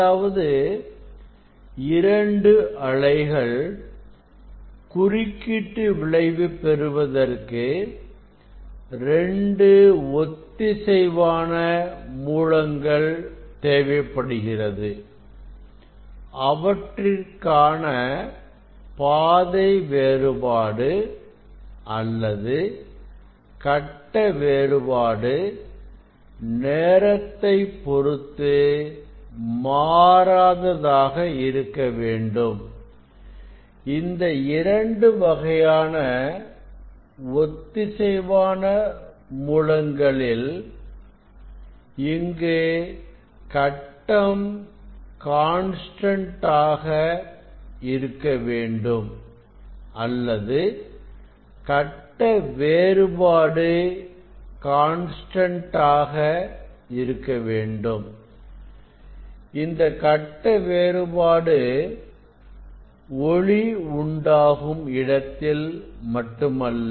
அதாவது இரண்டு அலைகள் குறுக்கீட்டு விளைவு பெறுவதற்கு 2 ஒத்திசைவான மூலங்கள் தேவைப்படுகிறது அவற்றிற்கான பாதை வேறுபாடு அல்லது கட்ட வேறுபாடு நேரத்தை பொருத்து மாறாததாக இருக்க வேண்டும் இந்த இரண்டு வகையான ஒத்திசைவான ஒளி மூலங்களில் இங்கு கட்டம் கான்ஸ்டன்ட் ஆக இருக்க வேண்டும் அல்லது கட்ட வேறுபாடு கான்ஸ்டன்ட் ஆக இருக்க வேண்டும் இந்த கட்ட வேறுபாடு ஒளி உண்டாகும் இடத்தில் மட்டுமல்ல